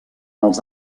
els